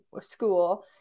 school